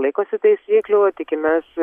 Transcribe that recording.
laikosi taisyklių o tikimės